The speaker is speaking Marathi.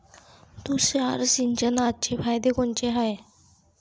तुषार सिंचनाचे फायदे कोनचे हाये?